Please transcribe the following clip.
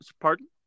Pardon